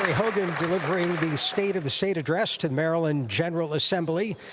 hogan delivering the state of the state address to the maryland general assembly.